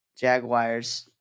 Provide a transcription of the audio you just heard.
jaguars